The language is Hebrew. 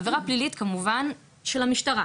עבירה פלילית כמובן, של המשטרה,